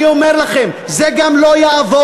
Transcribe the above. ואני אומר לכם: זה גם לא יעבור.